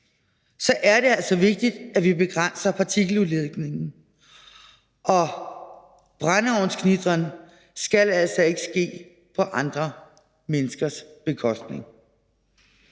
er det altså vigtigt, at vi begrænser partikeludledningen – og brændeovnsknitren skal ikke ske på andre menneskers bekostning.